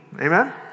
amen